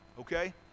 okay